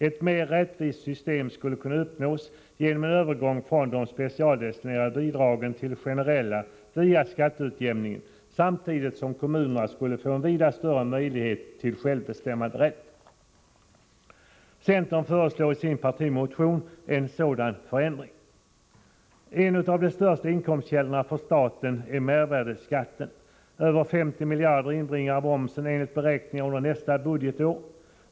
Ett mer rättvist system skulle kunna uppnås genom en övergång från de specialdestinerade bidragen till generella via skatteutjämning, samtidigt som kommunerna skulle få vida större möjlighet till självbestämmande. Centern föreslår i sin partimotion en sådan förändring. En av de största inkomstkällorna för staten är mervärdeskatten. Över 50 miljarder inbringar momsen enligt beräkningar under nästa budgetår.